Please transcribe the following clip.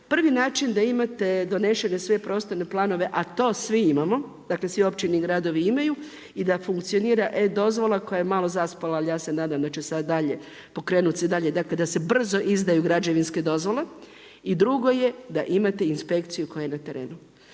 Prvi način da imate donesene sve prostorne planove a to svi imamo, dakle sve općine i gradovi imaju i da funkcionira e-dozvola koja je malo zaspala ali ja se nadam da će sada dalje pokrenuti se dalje, dakle da se brzo izdaju građevinske dozvole. I drugo je da imate inspekciju koja je na terenu.